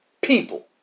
people